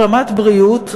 רמת בריאות,